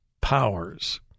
powers